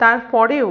তার পরেও